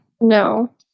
No